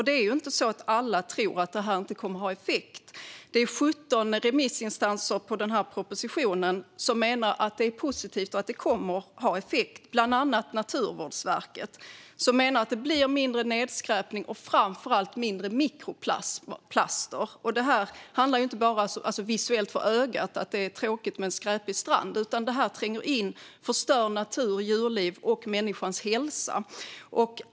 Det är inte så att alla tror att det inte kommer att ha effekt. Det är 17 remissinstanser som i sina svar på propositionen menar att det är positivt och kommer att ha effekt. Bland annat Naturvårdsverket menar att det blir mindre nedskräpning och framför allt mindre mikroplaster. Det handlar inte bara om att det visuellt för ögat är tråkigt med en skräpig strand. Det tränger in, förstör natur och djurliv och människans hälsa.